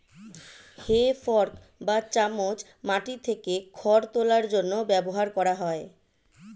হে fork বা চামচ মাটি থেকে খড় তোলার জন্য ব্যবহার করা হয়